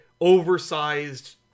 oversized